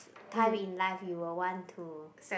time in life you will want to